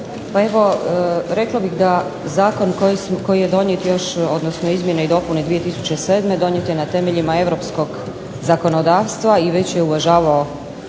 Pa evo rekla bih da zakon koji je donijet još, odnosno izmjene i dopune 2007. donijet je na temeljima europskog zakonodavstva i već je uvažavao